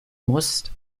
muss